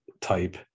type